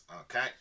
Okay